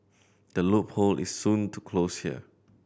the loophole is soon to close here